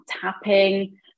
tapping